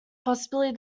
possibly